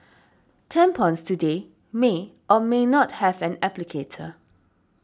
tampons today may or may not have an applicator